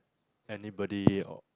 anybody or